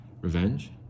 Revenge